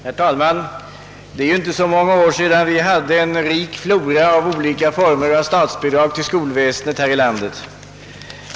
Herr talman! Det är inte så många år sedan vi hade en rik flora av olika former av statsbidrag till skolväsendet här i landet.